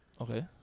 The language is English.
Okay